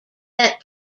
that